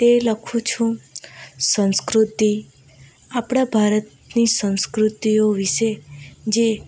તે લખું છું સંસ્કૃતિ આપણા ભારતની સંસ્કૃતિઓ વિશે જે